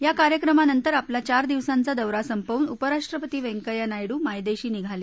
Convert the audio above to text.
या कार्यक्रमानंतर आपला चार दिवसाचा दौरा संपवून उपराष्ट्रपती वैंकय्या नायडू मायदेशी निघाले